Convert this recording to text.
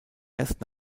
erst